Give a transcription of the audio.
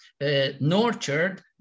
nurtured